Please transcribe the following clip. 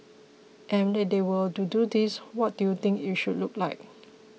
and if they were to do this what do you think it should look like